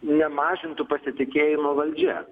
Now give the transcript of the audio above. nemažintų pasitikėjimo valdžia